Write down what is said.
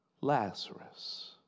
Lazarus